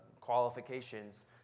Qualifications